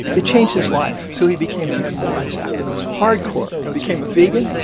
it changed his life. so he became an animal rights activist, hardcore became a vegan,